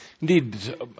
Indeed